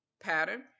pattern